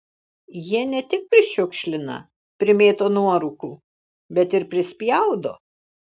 jie ne tik prišiukšlina primėto nuorūkų bet ir prispjaudo